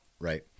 Right